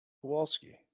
Kowalski